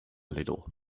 little